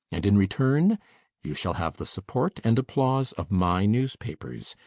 and in return you shall have the support and applause of my newspapers,